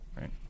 Right